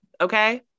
Okay